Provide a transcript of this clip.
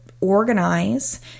organize